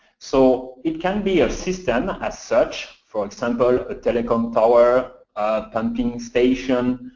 so it can be a system, as such, for example, a telecom tower, a pumping station,